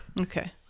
Okay